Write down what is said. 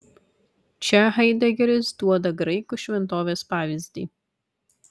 čia haidegeris duoda graikų šventovės pavyzdį